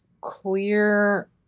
clear